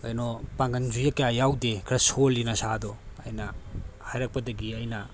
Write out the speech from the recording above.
ꯀꯩꯅꯣ ꯄꯥꯡꯒꯟꯁꯨ ꯀꯌꯥ ꯌꯥꯎꯗꯦ ꯈꯔ ꯁꯣꯜꯂꯤ ꯅꯁꯥꯗꯣ ꯍꯥꯏꯅ ꯍꯥꯏꯔꯛꯄꯗꯒꯤ ꯑꯩꯅ